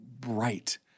bright